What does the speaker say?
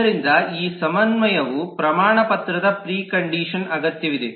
ಆದ್ದರಿಂದ ಈ ಸಮನ್ವಯವು ಪ್ರಮಾಣಪತ್ರದ ಪ್ರಿ ಕಂಡೀಶನ್ ಅಗತ್ಯವಿದೆ